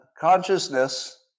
Consciousness